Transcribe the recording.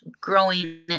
growing